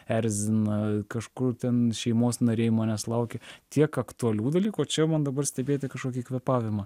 erzina kažkur ten šeimos nariai manęs laukia tiek aktualių dalykų čia man dabar stebėti kažkokį kvėpavimą